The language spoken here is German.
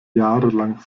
jahrelang